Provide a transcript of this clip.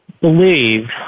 believe